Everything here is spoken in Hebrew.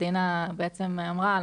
דינה בעצם אמרה את זה,